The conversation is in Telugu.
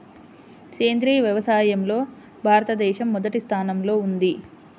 సేంద్రీయ వ్యవసాయంలో భారతదేశం మొదటి స్థానంలో ఉంది